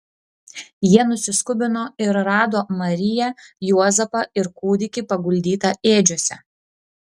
jie nusiskubino ir rado mariją juozapą ir kūdikį paguldytą ėdžiose